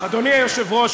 אדוני היושב-ראש,